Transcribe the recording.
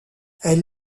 elle